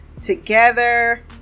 together